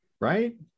right